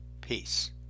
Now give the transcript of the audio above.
Peace